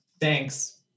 Thanks